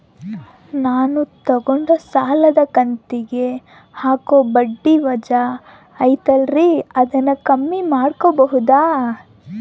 ನಾನು ತಗೊಂಡ ಸಾಲದ ಕಂತಿಗೆ ಹಾಕೋ ಬಡ್ಡಿ ವಜಾ ಐತಲ್ರಿ ಅದನ್ನ ಕಮ್ಮಿ ಮಾಡಕೋಬಹುದಾ?